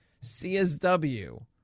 CSW